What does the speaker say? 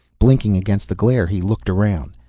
blinking against the glare, he looked around.